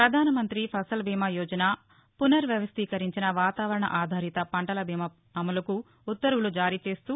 పధాన మంత్రి ఫసల్ బీమా యోజన పునర్ వ్యవస్లీకరించిన వాతావరణ ఆధారిత పంటల బీమా అమలుకు ఉత్తర్యులు జారీ చేస్తూ